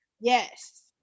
Yes